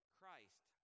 Christ